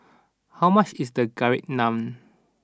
how much is Garlic Naan